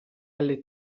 alle